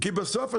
כי בסוף,